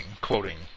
quoting